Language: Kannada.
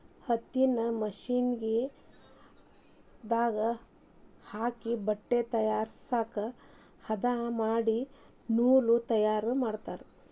ಹತ್ತಿನ ಮಿಷನ್ ದಾಗ ಹಾಕಿ ಬಟ್ಟೆ ತಯಾರಸಾಕ ಹದಾ ಮಾಡಿ ನೂಲ ತಯಾರ ಮಾಡ್ತಾರ